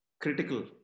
critical